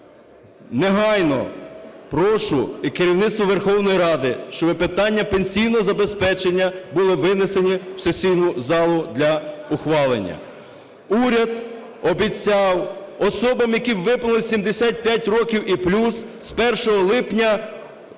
Негайно прошу і керівництво Верховної Ради, щоб питання пенсійного забезпечення були винесені в сесійну залу для ухвалення. Уряд обіцяв особам, яким виповнилося 75 років і плюс, з 1 липня